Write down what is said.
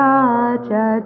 Raja